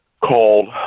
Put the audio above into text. called